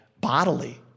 bodily